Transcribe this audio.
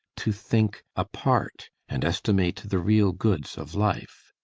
to think apart, and estimate the real goods of life.